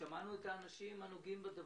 שמענו את האנשים הנוגעים בדבר,